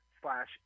slash